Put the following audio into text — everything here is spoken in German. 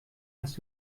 hast